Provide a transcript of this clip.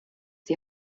die